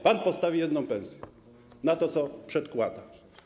Pan postawi jedną pensję na to, co przedkłada.